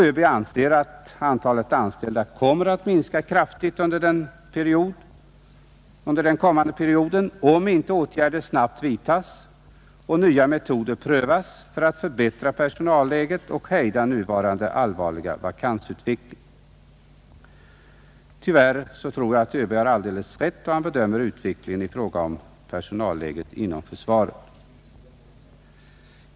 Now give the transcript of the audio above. ÖB anser att antalet anställda kommer att minska kraftigt under den kommande perioden, om inte åtgärder snabbt vidtas och nya metoder prövas för att förbättra personalläget och hejda nuvarande allvarliga vakansutveckling. Tyvärr tror jag att ÖB har alldeles rätt då han kommer fram till denna prognos i fråga om personalläget inom försvaret.